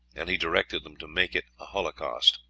and he directed them to make it a holocaust.